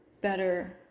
better